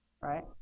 right